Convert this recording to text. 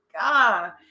God